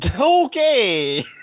Okay